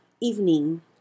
evening